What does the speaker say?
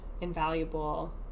invaluable